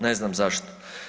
Ne znam zašto.